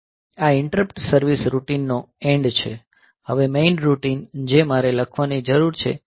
આ interrupt service routine નો end છે હવે મેઈન રૂટીન જે મારે લખવાની જરૂર છે